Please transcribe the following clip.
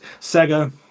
Sega